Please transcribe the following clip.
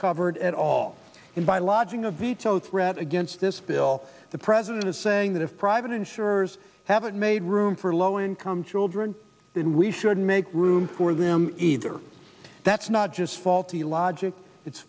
covered at all and by lodging a veto threat against this bill the president is saying that if private insurers haven't made room for low income children then we should make room for them either that's not just faulty logic it's